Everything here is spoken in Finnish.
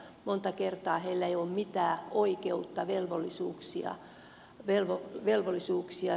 monta kertaa heillä ei ole mitään oikeutta velvollisuuksia kyllä